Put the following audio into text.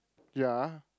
ya